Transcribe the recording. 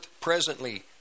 presently